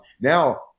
Now